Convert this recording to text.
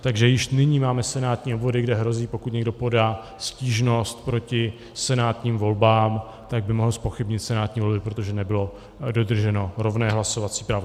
Takže již nyní máme senátní obvody, kde hrozí, pokud někdo podá stížnost proti senátním volbám, tak by mohl zpochybnit senátní volby, protože nebylo dodrženo rovné hlasovací právo.